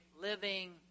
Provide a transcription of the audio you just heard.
living